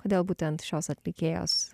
kodėl būtent šios atlikėjos